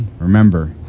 remember